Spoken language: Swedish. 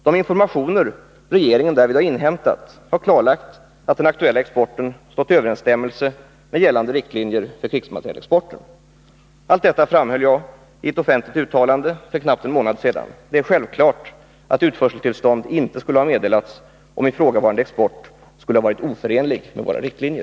De informationer regeringen därvid inhämtat har klarlagt att den aktuella exporten stått i överensstämmelse med gällande riktlinjer för krigsmaterielexporten. Allt detta framhöll jag i ett offentligt uttalande för knappt en månad sedan. Det är självklart att utförseltillstånd inte skulle ha meddelats om ifrågavarande export skulle ha varit oförenlig med våra riktlinjer.